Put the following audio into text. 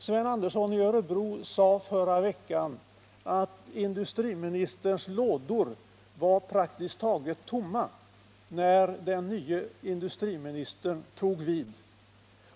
Sven Andersson i Örebro sade förra veckan att industriministerns skrivbordslådor var praktiskt taget tomma när den nya industriministern tog vid.